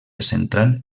central